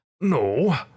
no